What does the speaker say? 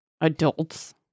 Adults